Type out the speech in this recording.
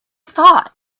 thought